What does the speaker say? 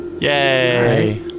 Yay